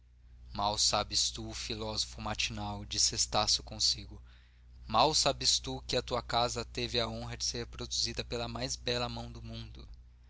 mal sabes tu filósofo matinal disse estácio consigo mal sabes tu que a tua casa teve a honra de ser reproduzida pela mais bela mão do mundo